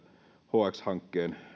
hx hankkeen